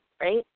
right